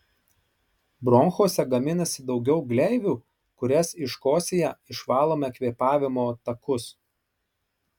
bronchuose gaminasi daugiau gleivių kurias iškosėję išvalome kvėpavimo takus